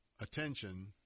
attention